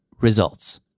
results